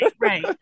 right